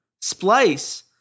Splice